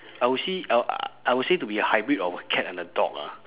I would see I I would say to be a hybrid of a cat and a dog lah